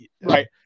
Right